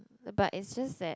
but it's just that